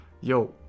yo